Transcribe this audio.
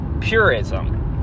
purism